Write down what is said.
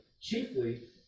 chiefly